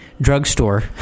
drugstore